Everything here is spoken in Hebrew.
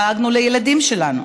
דאגנו לילדים שלנו.